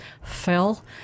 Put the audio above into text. fell